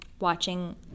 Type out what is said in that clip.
watching